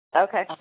Okay